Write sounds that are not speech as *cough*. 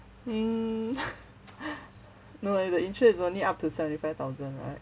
mm *laughs* no leh the interest is only up to seventy five thousand right